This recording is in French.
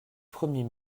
premier